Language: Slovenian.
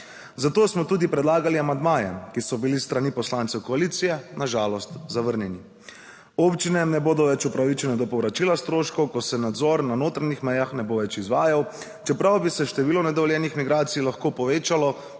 Zato smo tudi predlagali amandmaje, ki so bili s strani poslancev koalicije na žalost zavrnjeni. Občine ne bodo več upravičene do povračila stroškov, ko se nadzor na notranjih mejah ne bo več izvajal, čeprav bi se število nedovoljenih migracij lahko povečalo,